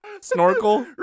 Snorkel